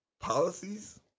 policies